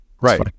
right